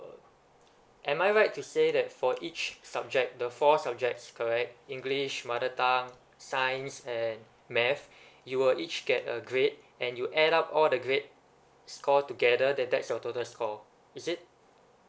am I right to say that for each subject the four subjects correct english mother tongue science and math you will each get a grade and you add up all the grade‘s score together then that's your total score is it